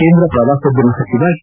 ಕೇಂದ್ರ ಪ್ರವಾಸೋದ್ಯಮ ಸಚವ ಕೆ